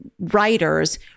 writers